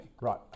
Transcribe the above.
Right